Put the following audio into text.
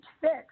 six